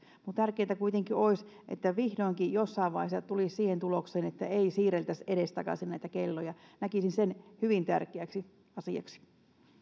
tärkeätä kuitenkin olisi että vihdoinkin jossain vaiheessa tultaisiin siihen tulokseen että ei siirreltäisi edestakaisin näitä kelloja näkisin sen hyvin tärkeäksi asiaksi